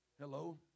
Hello